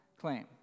claim